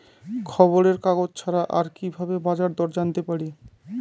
খবরের কাগজ ছাড়া আর কি ভাবে বাজার দর জানতে পারি?